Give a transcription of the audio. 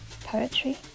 poetry